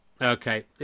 Okay